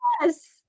yes